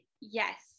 yes